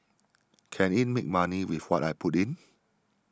can it make money with what I put in